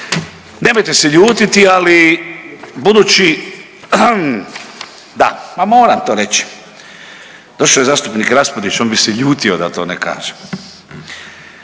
nemojte se ljutiti, ali budući, da pa moram to reći, došao je zastupnik Raspudić, on bi se ljutio da to ne kažem,